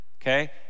okay